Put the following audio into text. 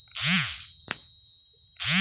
ಹಸುವಿನ ಹಾಲನ್ನು ಕರೆಯುವ ಯಂತ್ರ ಯಾವುದು?